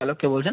hello কে বলছেন